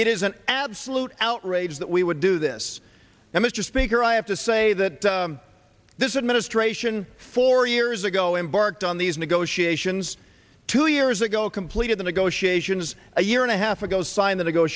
it is an absolute outrage that we would do this now mr speaker i have to say that this administration four years ago embarked on these negotiations two years ago completed the negotiations a year and a half ago signed th